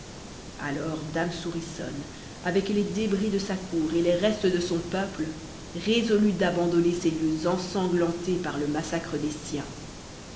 alors dame souriçonne avec les débris de sa cour et les restes de son peuple résolut d'abandonner ces lieux ensanglantés par le massacre des siens